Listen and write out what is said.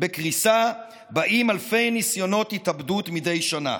בקריסה באים אלפי ניסיונות התאבדות מדי שנה.